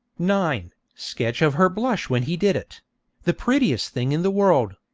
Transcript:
nine. sketch of her blush when he did it the prettiest thing in the world.